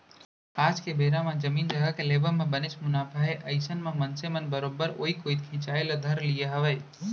आज के बेरा म जमीन जघा के लेवब म बनेच मुनाफा हे अइसन म मनसे मन बरोबर ओइ कोइत खिंचाय ल धर लिये हावय